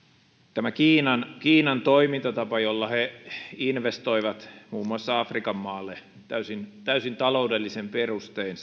tämä kiinan kiinan toimintatapa jolla he investoivat muun muassa afrikan maalle täysin täysin taloudellisin perustein